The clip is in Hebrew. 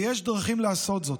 ויש דרכים לעשות זאת.